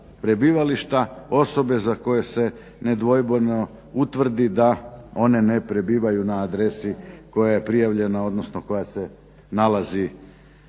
prebivališta osobe za koje se ne dvojbeno utvrdi da one ne prebivaju na adresi koja je prijavljena odnosno koja se nalazi